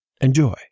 Enjoy